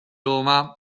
roma